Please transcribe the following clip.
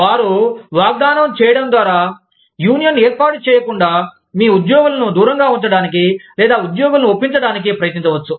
వారు వాగ్దానం చేయడం ద్వారా యూనియన్ ఏర్పాటు చేయకుండా మీ ఉద్యోగులను దూరంగా ఉంచడానికి లేదా ఉద్యోగులను ఒప్పించటానికి ప్రయత్నించవచ్చు